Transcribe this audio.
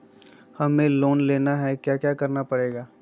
हमें लोन लेना है क्या क्या करना पड़ेगा?